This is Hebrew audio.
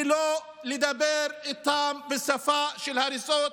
ולא לדבר איתם בשפה של הריסות.